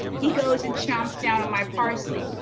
he goes and chomps down on my parsley.